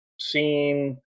scene